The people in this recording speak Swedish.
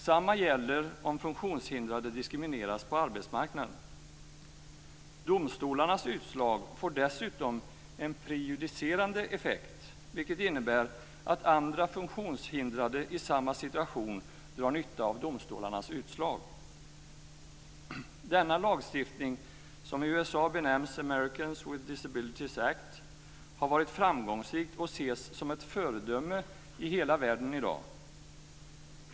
Samma gäller om funktionshindrade diskrimineras på arbetsmarknaden. Domstolarnas utslag får dessutom en prejudicerande effekt, vilket innebär att andra funktionshindrade i samma situation drar nytta av domstolarnas utslag. Denna lagstiftning, som i USA benämns Americans with Disabilities Act, har varit framgångsrik och ses som ett föredöme i hela världen i dag.